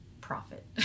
profit